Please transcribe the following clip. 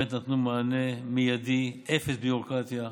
ובאמת נתנו מענה מיידי, אפס ביורוקרטיה,